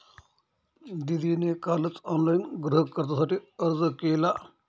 दीदीने कालच ऑनलाइन गृहकर्जासाठी अर्ज केला